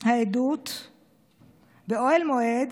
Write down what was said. העדת באהל מועד